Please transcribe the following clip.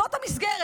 זו המסגרת.